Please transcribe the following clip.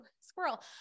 squirrel